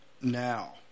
now